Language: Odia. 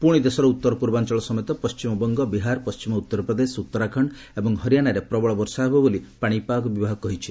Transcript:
ପ୍ରଶି ଦେଶର ଉତ୍ତର ପୂର୍ବାଞ୍ଚଳ ସମେତ ପଣ୍ଢିମବଙ୍ଗ ବିହାର ପଣ୍ଢିମ ଉତ୍ତରପ୍ରଦେଶ ଉତ୍ତରାଖଣ୍ଡ ଏବଂ ହରିୟାନାରେ ପ୍ରବଳ ବର୍ଷା ହେବ ବୋଲି ପାଣିପାଗ ବିଭାଗ କହିଛି